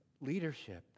leadership